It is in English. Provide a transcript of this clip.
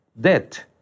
debt